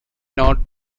not